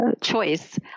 choice